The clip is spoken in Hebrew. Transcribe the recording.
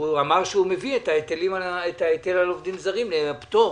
הוא אמר שהוא מביא את ההיטל על עובדים זרים לפטור.